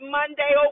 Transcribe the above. Monday